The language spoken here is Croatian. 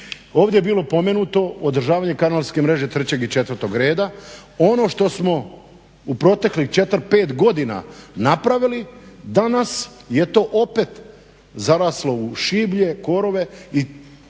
Ovdje je bilo spomenuto održavanje kanalske mreže 3. i 4. reda. Ono što smo u proteklih 4, 5 godina napravili danas je to opet zaraslo u šiblje, korove i